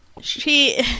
She-